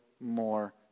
more